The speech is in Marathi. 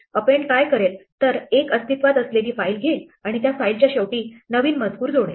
अपेंड काय करेल तर एक अस्तित्वात असलेली फाईल घेईल आणि त्या फाईलच्या शेवटी नवीन मजकूर जोडेल